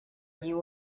you